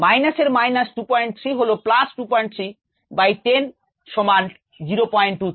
minus এর minus 23 হল plus 23 by 10 সমান 023